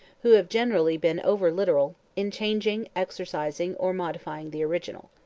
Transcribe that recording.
who have generally been over-literal, in changing, excising, or modifying the original.